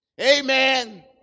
Amen